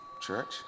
church